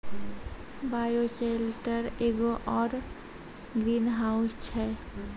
bioshelter एगो सौर greenhouse छै